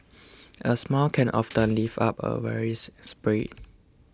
a smile can often lift up a weary spirit